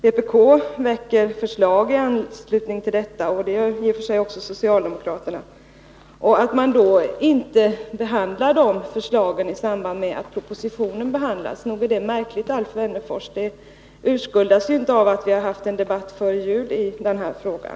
Vpk väcker förslag i anslutning till denna proposition, och det gör i och för sig också socialdemokraterna. Nog är det märkligt, Alf Wennerfors, att de förslagen inte behandlas i samband med propositionen. Det urskuldas inte av att vi har haft en debatt före jul i den här frågan.